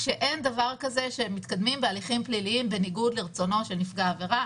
שאין דבר כזה שמתקדמים בהליכים פליליים בניגוד לרצונו של נפגע עבירה.